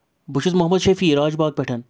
بہٕ چھُس محمد شفیع راج باغ پٮ۪ٹھ